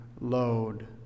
load